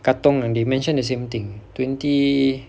katong and they mentioned the same thing twenty